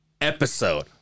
episode